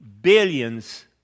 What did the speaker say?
billions